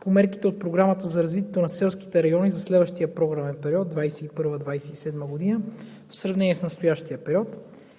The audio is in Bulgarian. по мерките от Програмата за развитие на селските райони за следващия програмен период 2021 – 2027 г., в сравнение с настоящия период.